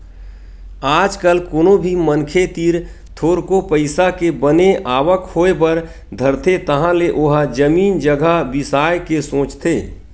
आज कल कोनो भी मनखे तीर थोरको पइसा के बने आवक होय बर धरथे तहाले ओहा जमीन जघा बिसाय के सोचथे